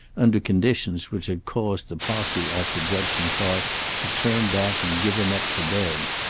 under conditions which had caused the posse after judson clark to turn back and give him up for dead.